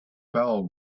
fell